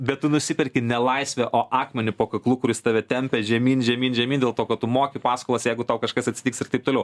bet tu nusiperki ne laisvę o akmenį po kaklu kuris tave tempia žemyn žemyn žemyn dėl to kad tu moki paskolas jeigu tau kažkas atsitiks ir taip toliau